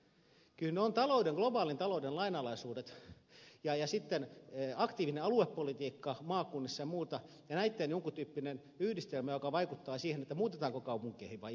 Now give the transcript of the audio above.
kyllä ne ovat globaalin talouden lainalaisuudet aktiivinen aluepolitiikka maakunnissa ja muuta ja näitten jonkun tyyppinen yhdistelmä joka vaikuttaa siihen muutetaanko kaupunkeihin vai eikö